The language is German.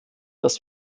dass